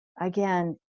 again